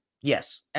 Yes